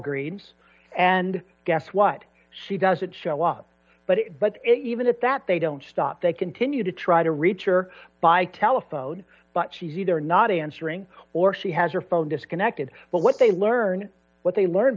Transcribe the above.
greens and guess what she doesn't show up but but even at that they don't stop they continue to try to reach or by telephone but she's either not answering or she has her phone disconnected but what they learn what they learned